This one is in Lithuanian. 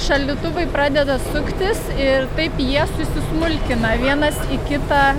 šaldytuvai pradeda suktis ir taip jie susmulkina vienas į kitą